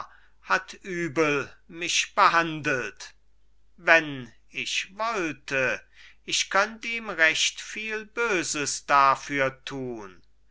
hat übel mich behandelt wenn ich wollte ich könnt ihm recht viel böses dafür tun